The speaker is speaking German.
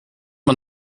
mal